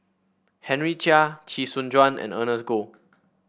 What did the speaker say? Henry Chia Chee Soon Juan and Ernest Goh